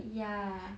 ya